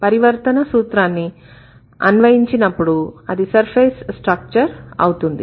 పరివర్తన సూత్రాన్ని అన్వయించినప్పుడు అది సర్ఫేస్ స్ట్రక్చర్ అవుతుంది